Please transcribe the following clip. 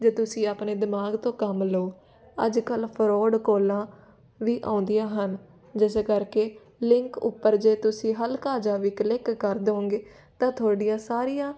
ਜੇ ਤੁਸੀਂ ਆਪਣੇ ਦਿਮਾਗ ਤੋਂ ਕੰਮ ਲਓ ਅੱਜ ਕੱਲ੍ਹ ਫਰੋਡ ਕੋਲਾਂ ਵੀ ਆਉਂਦੀਆਂ ਹਨ ਜਿਸ ਕਰਕੇ ਲਿੰਕ ਉੱਪਰ ਜੇ ਤੁਸੀਂ ਹਲਕਾ ਜਿਹਾ ਵੀ ਕਲਿੱਕ ਕਰ ਦਿਉਂਗੇ ਤਾਂ ਤੁਹਾਡੀਆਂ ਸਾਰੀਆਂ